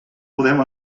podeu